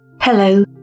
Hello